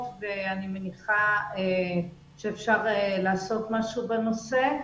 ואני מניחה שאפשר לעשות משהו בנושא.